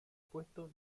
puesto